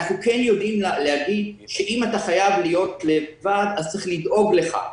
אנחנו כן יודעים להגיד שאם אתה חייב להיות לבד אז צריך לדאוג לך.